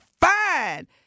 fine